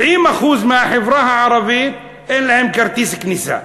70% מהחברה הערבית אין להם כרטיס כניסה,